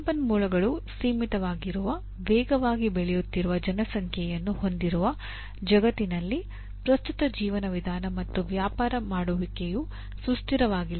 ಸಂಪನ್ಮೂಲಗಳು ಸೀಮಿತವಾಗಿರುವ ವೇಗವಾಗಿ ಬೆಳೆಯುತ್ತಿರುವ ಜನಸಂಖ್ಯೆಯನ್ನು ಹೊಂದಿರುವ ಜಗತ್ತಿನಲ್ಲಿ ಪ್ರಸ್ತುತ ಜೀವನ ವಿಧಾನ ಮತ್ತು ವ್ಯಾಪಾರ ಮಾಡುವಿಕೆಯು ಸುಸ್ಥಿರವಾಗಿಲ್ಲ